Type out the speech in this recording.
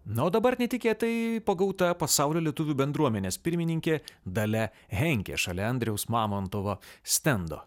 na o dabar netikėtai pagauta pasaulio lietuvių bendruomenės pirmininkė dalia henkė šalia andriaus mamontovo stendo